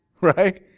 right